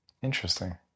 Interesting